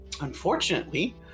Unfortunately